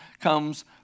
comes